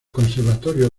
conservatorios